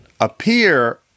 appear